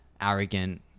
arrogant